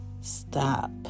stop